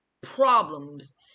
problems